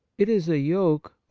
it is a yoke,